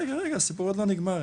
רגע, הסיפור עוד לא נגמר.